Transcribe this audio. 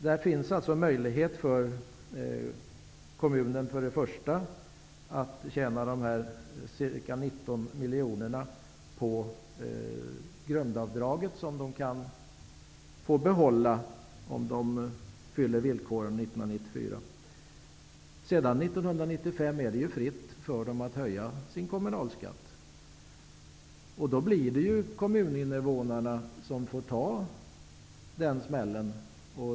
Det finns en möjlighet för kommunen att tjäna ca 19 miljoner på grundavdraget som de kan få behålla om de fyller villkoren 1994. Under 1995 är det fritt för dem att höja sin kommunalskatt. Då blir det kommuninvånarna som får ta smällen.